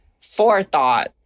forethought